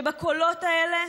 שבקולות האלה